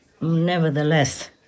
nevertheless